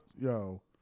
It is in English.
yo